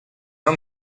uns